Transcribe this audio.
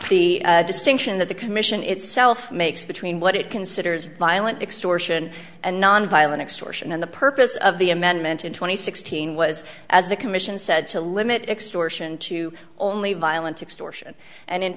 the distinction that the commission itself makes between what it considers violent extortion and nonviolent extortion and the purpose of the amendment in twenty sixteen was as the commission said to limit extortion to only violent extortion and